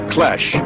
Clash